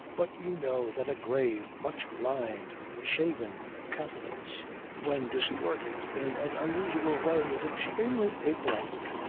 but you know that a grave, much-lined, shaven countenance when distorted in an unusual way is extremely apelike.